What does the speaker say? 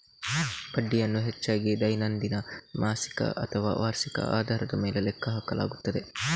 ಬಡ್ಡಿಯನ್ನು ಹೆಚ್ಚಾಗಿ ದೈನಂದಿನ, ಮಾಸಿಕ ಅಥವಾ ವಾರ್ಷಿಕ ಆಧಾರದ ಮೇಲೆ ಲೆಕ್ಕ ಹಾಕಲಾಗುತ್ತದೆ